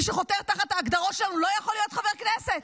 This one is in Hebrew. מי שחותר תחת ההגדרות שלנו לא יכול להיות חבר כנסת.